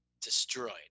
destroyed